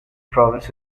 province